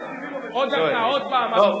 עוד דקה, עוד פעם.